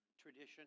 Tradition